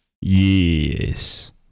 Yes